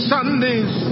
Sunday's